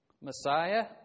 Messiah